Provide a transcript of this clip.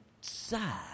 sad